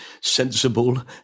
sensible